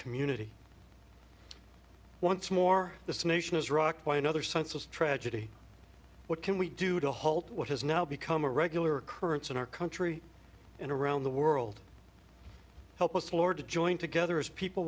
community once more this nation is rocked by another sense of tragedy what can we do to halt what has now become a regular occurrence in our country and around the world help us lord to join together as people